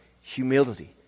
humility